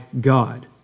God